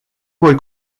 voi